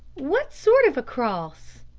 what sort of a cross?